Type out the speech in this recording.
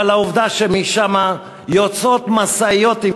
אבל העובדה שמשם יוצאות משאיות עם